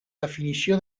definició